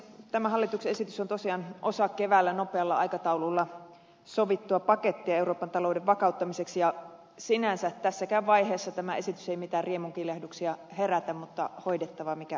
tämä hallituksen esitys on tosiaan osa keväällä nopealla aikataululla sovittua pakettia euroopan talouden vakauttamiseksi ja sinänsä tässäkään vaiheessa tämä esitys ei mitään riemunkiljahduksia herätä mutta hoidettava mikä hoidettava